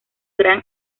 gran